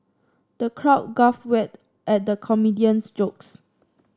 the crowd guffawed at the comedian's jokes